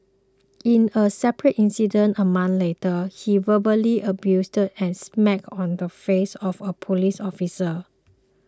in a separate incident a month later he verbally abused and spat on the face of a police officer